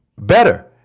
better